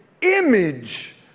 image